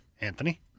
Anthony